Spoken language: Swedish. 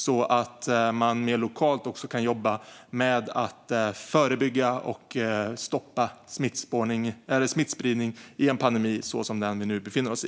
Så kan man mer lokalt jobba med att förebygga och stoppa smittspridning i en pandemi som den vi nu befinner oss i.